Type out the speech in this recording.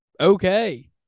okay